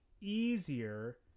easier